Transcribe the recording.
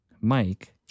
Mike